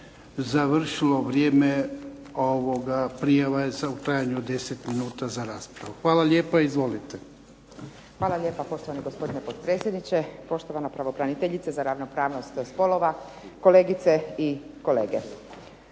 završilo vrijeme prijave u trajanju od 10 minuta za raspravu. Hvala lijepa. Izvolite. **Antičević Marinović, Ingrid (SDP)** Hvala lijepa. Poštovani gospodine potpredsjedniče, poštovana pravobraniteljice za ravnopravnost spolova, kolegice i kolege.